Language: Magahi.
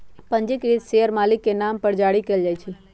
पंजीकृत शेयर मालिक के नाम पर जारी कयल जाइ छै